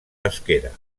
pesquera